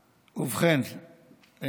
ובכן,